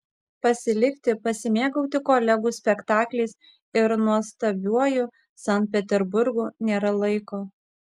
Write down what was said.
pasilikti pasimėgauti kolegų spektakliais ir nuostabiuoju sankt peterburgu nėra laiko